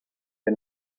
the